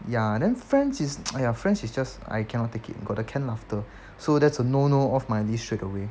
ya and then friends is !aiya! friends is just I cannot take it got the canned laughter so that's a no no off my list straightaway